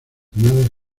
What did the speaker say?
nada